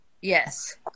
Yes